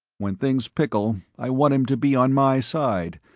when things pickle, i want him to be on my side,